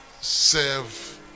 serve